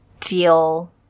feel